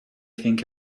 think